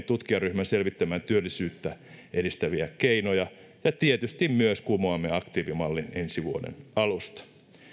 tutkijaryhmän selvittämään työllisyyttä edistäviä keinoja ja tietysti myös kumoamme aktiivimallin ensi vuoden alusta